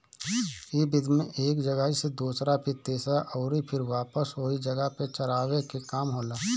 इ विधि में एक जगही से दूसरा फिर तीसरा अउरी फिर वापस ओही जगह पे चरावे के काम होला